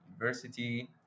university